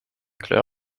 kleur